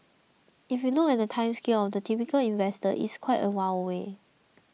if you look at the time scale of the typical investor it's quite a while away